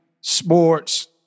sports